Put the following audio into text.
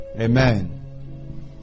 Amen